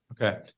Okay